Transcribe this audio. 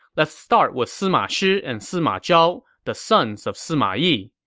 let's start with sima shi and sima zhao, the sons of sima yi.